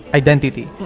identity